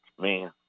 man